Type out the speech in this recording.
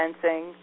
fencing